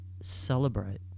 celebrate